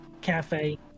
cafe